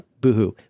boohoo